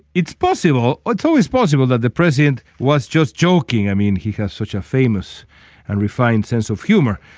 it's possible ah it's always possible that the president was just joking i mean he has such a famous and refined sense of humor.